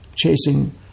chasing